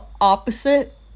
opposite